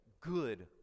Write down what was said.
good